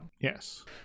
Yes